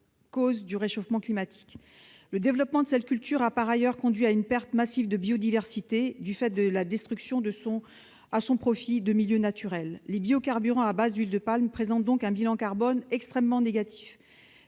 cause du réchauffement climatique. Le développement de cette culture a, par ailleurs, conduit à une perte massive de biodiversité, en raison de la destruction de milieux naturels à son profit. Les biocarburants à base d'huile de palme présentant un bilan carbone extrêmement négatif,